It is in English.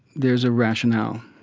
there's a rationale.